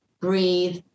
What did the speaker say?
breathe